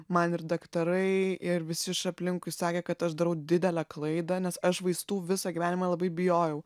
man ir daktarai ir visi iš aplinkui sakė kad aš darau didelę klaidą nes aš vaistų visą gyvenimą labai bijojau